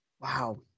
Wow